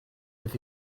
with